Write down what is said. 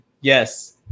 Yes